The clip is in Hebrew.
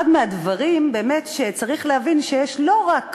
אחד הדברים שבאמת צריך להבין הוא שיש לא רק